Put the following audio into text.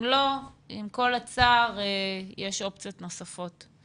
אם לא, עם כל הצער, יש אופציות נוספות.